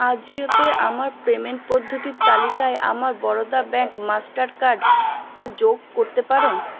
আজিওতে আমার পেমেন্ট পদ্ধতির তালিকায় আমার বরোদা ব্যাঙ্ক মাস্টার কার্ডটা যোগ করতে পারেন